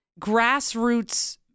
grassroots